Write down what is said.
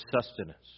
sustenance